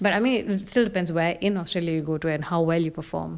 but I mean it still depends where in australia you go to and how well you perform